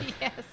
Yes